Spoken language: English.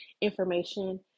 information